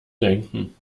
denken